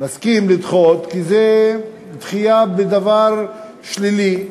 נסכים לדחות, כי זו דחייה של דבר שלילי,